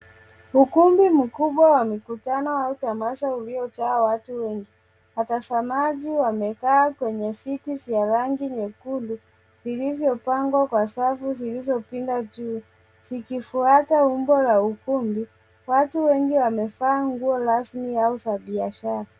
Ukumbi mkubwa wa mkutano au tamasha uliyojaa watu wengi. Watazamaji wamekaa kwenye viti vya rangi nyekundu vilivyopangwa kwa safu zilizopinda juu zikifuata umbo la ukumbi. Watu wengi wamevaa nguo rasmi au za biashara.